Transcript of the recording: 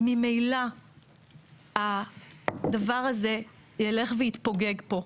ממילא הדבר הזה ילך ויתפוגג פה.